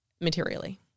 materially